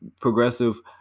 progressive